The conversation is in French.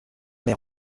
mère